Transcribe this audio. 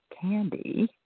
candy